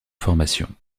formation